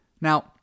Now